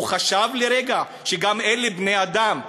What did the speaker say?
הוא חשב לרגע שגם אלה בני-אדם,